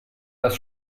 das